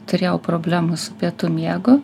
turėjau problemų su pietų miegu